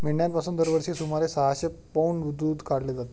मेंढ्यांपासून दरवर्षी सुमारे सहाशे पौंड दूध काढले जाते